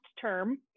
term